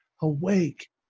Awake